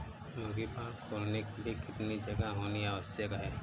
मुर्गी फार्म खोलने के लिए कितनी जगह होनी आवश्यक है?